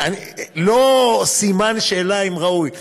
לא סימן שאלה, האם ראוי.